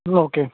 okay